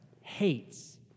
hates